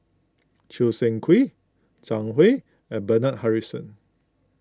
Choo Seng Quee Zhang Hui and Bernard Harrison